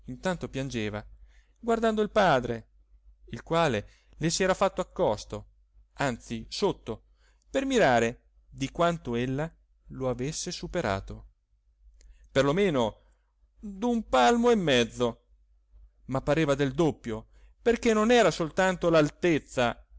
intanto piangeva guardando il padre il quale le si era fatto accosto anzi sotto per mirare di quanto ella lo avesse superato per lo meno d'un palmo e mezzo ma pareva del doppio perché non era soltanto